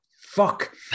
fuck